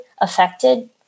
affected